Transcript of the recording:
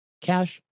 Cash